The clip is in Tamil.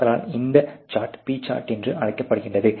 அதனால் அந்த சார்ட் P சார்ட் என்று அழைக்கப்படுகிறது